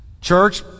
Church